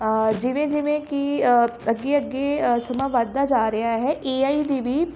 ਜਿਵੇਂ ਜਿਵੇਂ ਕਿ ਅੱਗੇ ਅੱਗੇ ਅ ਸਮਾਂ ਵੱਧਦਾ ਜਾ ਰਿਹਾ ਹੈ ਏ ਆਈ ਦੀ ਵੀ